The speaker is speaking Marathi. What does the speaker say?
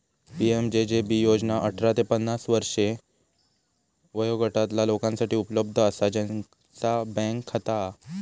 पी.एम.जे.जे.बी योजना अठरा ते पन्नास वर्षे वयोगटातला लोकांसाठी उपलब्ध असा ज्यांचा बँक खाता हा